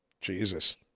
Jesus